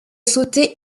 sauter